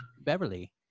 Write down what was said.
Beverly